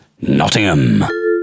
Nottingham